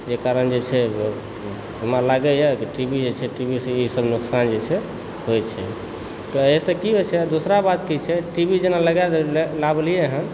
जेहि कारण जे छै हमरा लागैए की टी वी जे छै टी वी सी वीसे नुकसान जे छै से होइत छै तऽ एहिसँ की होइत छै आ दोसरा बात की छै टी वी जेना लगैलियै हँ